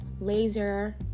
Laser